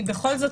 בכל זאת,